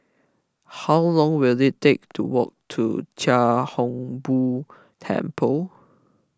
how long will it take to walk to Chia Hung Boo Temple